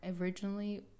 originally